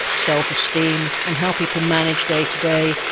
self esteem and how people manage day to day,